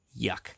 Yuck